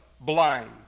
blind